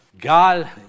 God